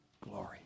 glory